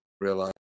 realize